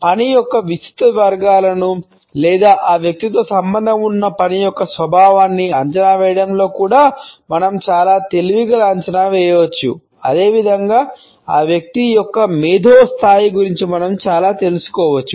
పని యొక్క విస్తృత వర్గాలను స్థాయి గురించి మనం చాలా తెలుసుకోవచ్చు